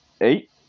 Eight